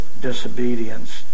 disobedience